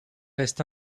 restent